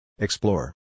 Explore